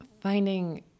finding